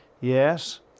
Yes